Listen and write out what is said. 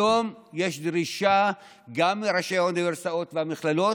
היום יש דרישה גם לראשי האוניברסיטאות והמכללות